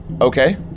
Okay